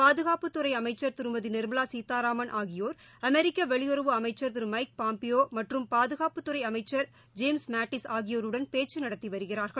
பாதுகாப்புத்துறை அமைச்சர் திருமதி நிர்மலா சீதாராமன் ஆகியோர் அமெரிக்க வெளியுறவு அமைக்கர் திரு மைக் பாம்பியோ மற்றம் பாதுகாப்புத்துறை அமைச்சர் ஜேம்ஸ் மேட்டிஸ் ஆகியோருடன் பேச்சு நடத்தி வருகிறார்கள்